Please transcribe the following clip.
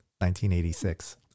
1986